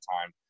time